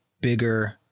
bigger